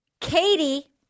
Katie